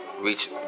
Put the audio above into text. Reach